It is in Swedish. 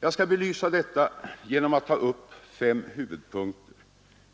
Jag skall belysa detta genom att ta upp fem huvudpunkter